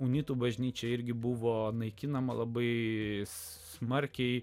unitų bažnyčia irgi buvo naikinama labai smarkiai